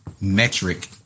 metric